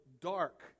dark